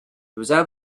there